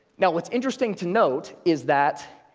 now, what's interesting to note is that,